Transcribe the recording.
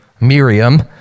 Miriam